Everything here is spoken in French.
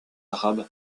arabe